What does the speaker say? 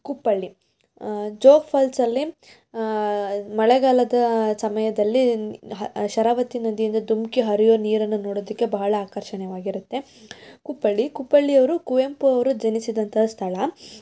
ಕುಪ್ಪಳ್ಳಿ ಜೋಗ ಫಾಲ್ಸಲ್ಲಿ ಮಳೆಗಾಲದ ಸಮಯದಲ್ಲಿ ಶರಾವತಿ ನದಿಯಿಂದ ಧುಮುಕಿ ಹರಿಯುವ ನೀರನ್ನು ನೋಡೋದಕ್ಕೆ ಬಹಳ ಆಕರ್ಷಣೀಯವಾಗಿರುತ್ತೆ ಕುಪ್ಪಳ್ಳಿ ಕುಪ್ಪಳ್ಳಿ ಅವರು ಕುವೆಂಪು ಅವರು ಜನಿಸಿದಂಥ ಸ್ಥಳ